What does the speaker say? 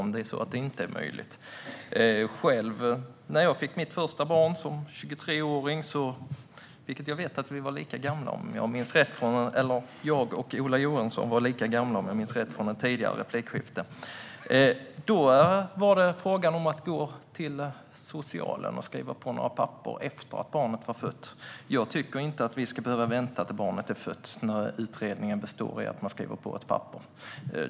När jag som 23-åring fick mitt första barn - om jag minns rätt från ett tidigare replikskifte var Ola Johansson och jag lika gamla när vi fick barn - fick man gå till socialen och skriva på några papper efter att barnet var fött. Jag tycker inte att man ska behöva vänta tills barnet är fött när utredningen består i att man ska skriva på ett papper.